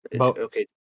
Okay